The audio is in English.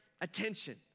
attention